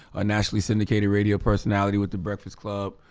a nationally syndicated radio personality with the breakfast club,